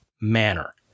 manner